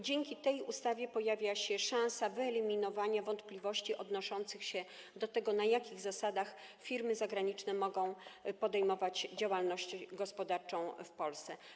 Dzięki tej ustawie pojawia się szansa wyeliminowania wątpliwości odnoszących się do tego, na jakich zasadach firmy zagraniczne mogą podejmować działalność gospodarczą w Polsce.